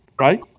Right